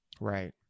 Right